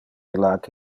illac